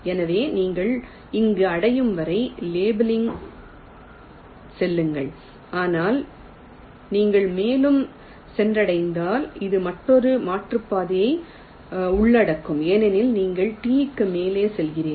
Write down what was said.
எனவே நீங்கள் இங்கு அடையும் வரை லேபிளிங்கில் செல்லுங்கள் ஆனால் நீங்கள் மேலும் சென்றடைந்தால் இது மற்றொரு மாற்றுப்பாதையை உள்ளடக்கும் ஏனெனில் நீங்கள் T க்கு மேலே செல்கிறீர்கள்